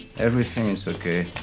everything is okay.